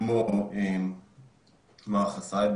השיבו לי תשובה ששימחה אותי, שהמאגר הזה נמחק.